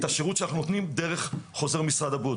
השירות שאנחנו נותנים דרך חוזר משרד הבריאות.